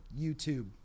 YouTube